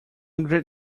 great